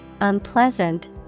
unpleasant